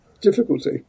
difficulty